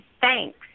thanks